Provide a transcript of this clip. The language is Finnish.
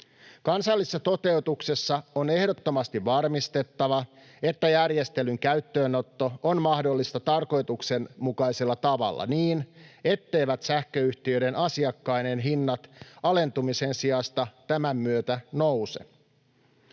Kansallisessa toteutuksessa on ehdottomasti varmistettava, että järjestelyn käyttöönotto on mahdollista tarkoituksenmukaisella tavalla niin, etteivät sähköyhtiöiden asiakkaiden hinnat alentumisen sijasta tämän myötä nouse.